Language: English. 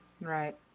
Right